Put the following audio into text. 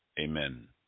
Amen